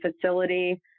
facility